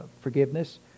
forgiveness